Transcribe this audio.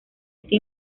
este